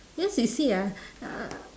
cause you see ah uh